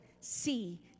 see